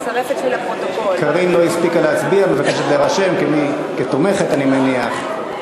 הצעת חוק הארכת תוקף צו הגנה וצו למניעת הטרדה מאיימת (תיקוני חקיקה),